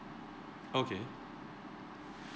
okay